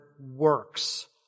works